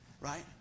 Right